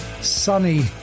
sunny